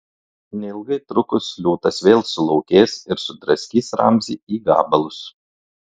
neilgai trukus liūtas vėl sulaukės ir sudraskys ramzį į gabalus